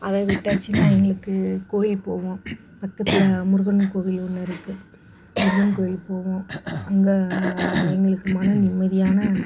அதை விட்டாச்சுனால் எங்களுக்கு கோவிலுக்கு போவோம் பக்கத்தில் முருகன் கோவில் ஒன்று இருக்குது முருகன் கோவிலுக்கு போவோம் அங்கே எங்களுக்கு மன நிம்மதியான